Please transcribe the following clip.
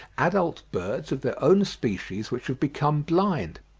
adult birds of their own species which have become blind.